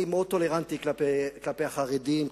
אני מאוד טולרנטי כלפי החרדים,